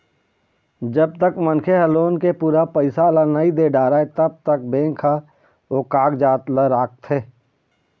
जब तक मनखे ह लोन के पूरा पइसा ल नइ दे डारय तब तक बेंक ह ओ कागजात ल राखथे